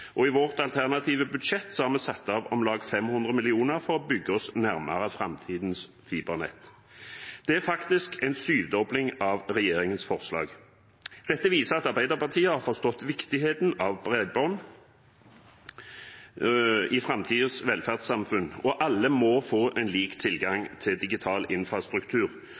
I vårt alternative budsjett har vi satt av om lag 500 mill. kr for å bygge oss nærmere framtidens fibernett. Det er faktisk en syvdobling av regjeringens forslag. Dette viser at Arbeiderpartiet har forstått viktigheten av bredbånd i framtidens velferdssamfunn. Alle må få lik tilgang til digital infrastruktur,